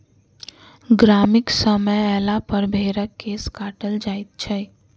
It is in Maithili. गर्मीक समय अयलापर भेंड़क केश काटल जाइत छै